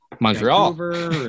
Montreal